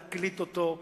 להקליט אותו.